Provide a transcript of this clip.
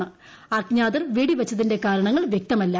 ട്ടിൽജ്ഞാതർ വെടിവച്ചതിന്റെ കാരണങ്ങൾ വ്യക്തമല്ല